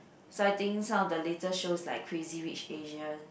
so I think some of the latest shows like Crazy Rich Asians